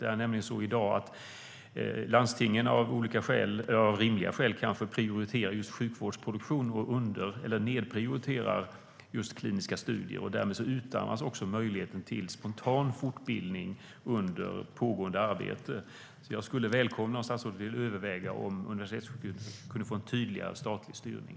Det är nämligen så i dag att landstingen av rimliga skäl kanske prioriterar just sjukvårdsproduktion och nedprioriterar just kliniska studier. Därmed utarmas också möjligheten till spontan fortbildning under pågående arbete. Jag skulle välkomna om statsrådet ville överväga om universitetssjukhus kan få en tydligare statlig styrning.